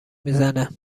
میزنه